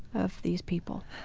of these people.